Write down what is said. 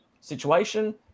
situation